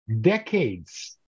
decades